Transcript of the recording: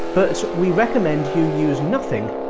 but we recommend you use nothing,